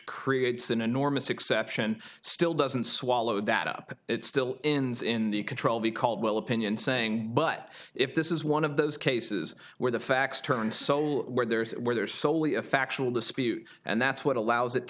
creates an enormous exception still doesn't swallow that up it's still ins in the control b caldwell opinion saying but if this is one of those cases where the facts turn so where there's where there's solely a factual dispute and that's what allows it to